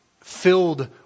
filled